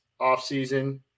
offseason